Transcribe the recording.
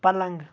پلنٛگ